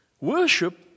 Worship